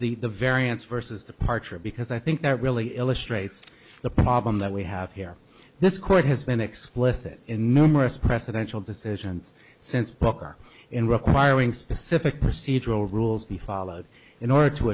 the the variance versus departure because i think that really illustrates the problem that we have here this court has been explicit in memory of presidential decisions since poker in requiring specific procedural rules be followed in order to